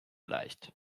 leicht